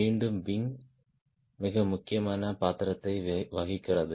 மீண்டும் விங் மிக முக்கியமான பாத்திரத்தை வகிக்கிறது